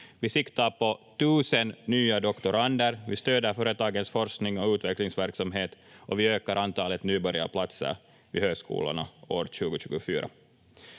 Vi siktar på tusen nya doktorander, vi stöder företagens forskning och utvecklingsverksamhet och vi ökar antalet nybörjarplatser vid högskolorna år 2024.